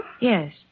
Yes